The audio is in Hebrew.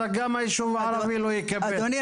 אז גם הישוב הערבי לא יקבל --- אדוני,